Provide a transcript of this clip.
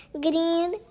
green